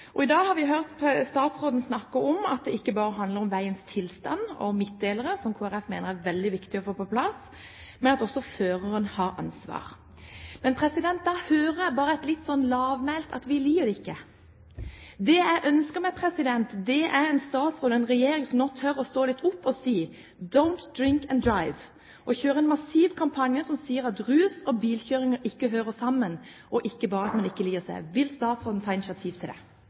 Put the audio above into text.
om midtdelere – som Kristelig Folkeparti mener er veldig viktig å få på plass – men også om at føreren har ansvar. Da hører jeg bare litt sånn lavmælt at vi liker det ikke. Det jeg ønsker meg, er en statsråd og en regjering som nå tør å stå litt opp og si «don't drink and drive» – kjøre en massiv kampanje som sier at rus og bilkjøring ikke hører sammen, og ikke bare si at man ikke liker det. Vil statsråden ta initiativ til det?